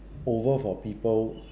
over for people